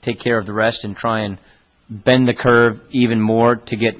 take care of the rest and try and bend the curve even more to get